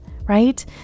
right